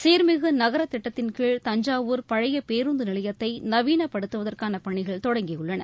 சீர்மிகு நகரத்திட்டத்தின்கீழ் தஞ்சாவூர் பழைய பேருந்து நிலையத்தை நவீனப்படுத்துவதற்கான பணிகள் தொடங்கியுள்ளன